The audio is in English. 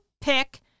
pick